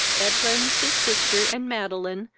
edwin, his sister, and madeline,